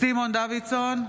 סימון דוידסון,